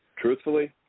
Truthfully